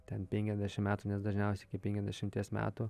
ten penkiasdešimt metų nes dažniausiai iki penkiasdešimties metų